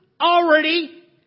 already